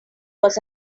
was